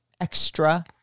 extra